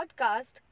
podcast